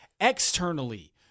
externally